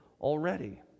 already